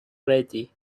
ready